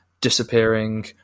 disappearing